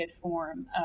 form